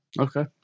Okay